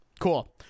cool